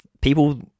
people